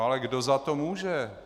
Ale kdo za to může?